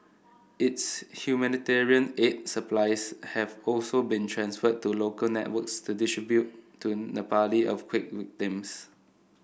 its humanitarian aid supplies have also been transferred to local networks to distribute to Nepali earthquake victims